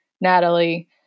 Natalie